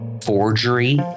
forgery